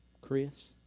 Chris